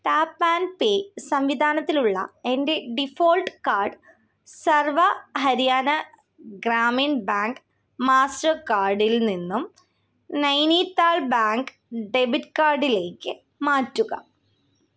tap and pay സംവിധാനത്തിലുള്ള എൻ്റെ default card Sarva Haryana Gramin bank മാസ്റ്റർകാർഡിൽ നിന്നും നൈനിതാൾ ബാങ്ക് ഡെബിറ്റ് കാർഡിലേക്ക് മാറ്റുക